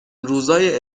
روزای